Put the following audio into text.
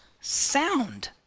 sound